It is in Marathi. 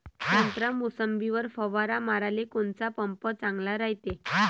संत्रा, मोसंबीवर फवारा माराले कोनचा पंप चांगला रायते?